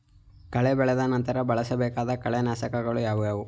ಕಳೆ ಬೆಳೆದ ನಂತರ ಬಳಸಬೇಕಾದ ಕಳೆನಾಶಕಗಳು ಯಾವುವು?